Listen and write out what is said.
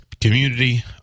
community